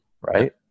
Right